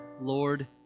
Lord